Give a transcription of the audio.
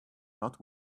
not